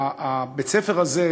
שבית-הספר הזה,